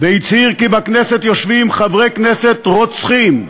והצהיר כ׳ בכנסת יושבים חברי כנסת רוצחים,